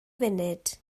funud